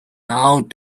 out